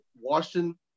Washington